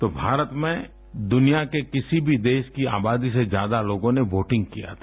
तो भारत में दुनिया के किसी भी देश के आबादी से ज्यादा लोगों ने वोटिंग किया था